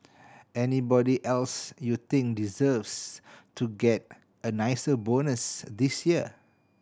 anybody else you think deserves to get a nicer bonus this year